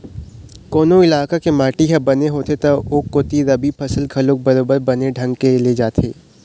कोनो इलाका के माटी ह बने होथे त ओ कोती रबि फसल घलोक बरोबर बने ढंग के ले जाथे